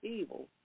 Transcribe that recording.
evil